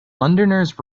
londoners